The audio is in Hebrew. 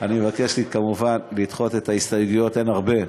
אני מבקש, כמובן, לדחות את ההסתייגויות, אין הרבה,